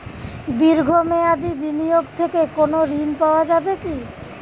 দীর্ঘ মেয়াদি বিনিয়োগ থেকে কোনো ঋন পাওয়া যাবে কী?